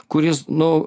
kuris nu